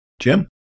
Jim